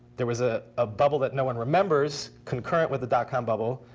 there was a ah bubble that no one remembers concurrent with the dot-com bubble.